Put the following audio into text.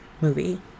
movie